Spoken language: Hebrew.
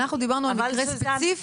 אנחנו דיברנו על מקרה ספציפי.